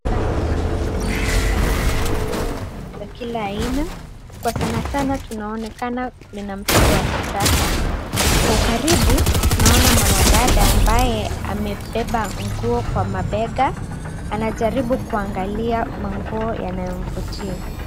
Duka hili linaonekana lina nguo ya kila aina kwa sana sana linaonekana ya mtindo wa kisasa. Kwa ukaribu, tunaona mwanadada ambaye amebeba nguo kwa mabega anajaribu kuangalia manguo yanayomvutia.